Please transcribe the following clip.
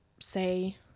say